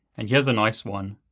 and here's a nice one.